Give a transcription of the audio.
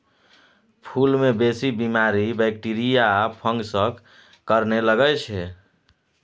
फुल मे बेसी बीमारी बैक्टीरिया या फंगसक कारणेँ लगै छै